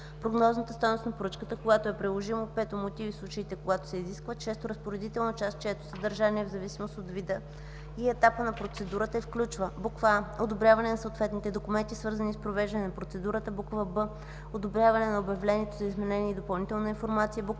прогнозната стойност на поръчката – когато е приложимо; 5. мотиви – в случаите, когато се изискват; 6. разпоредителна част, чието съдържание е в зависимост от вида и етапа на процедурата и включва: а) одобряване на съответните документи, свързани с провеждане на процедурата; б) одобряване на обявлението за изменение и допълнителна информация; в)